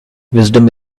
wisdom